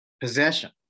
possession